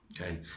okay